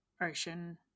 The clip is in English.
ocean